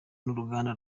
n’uruganda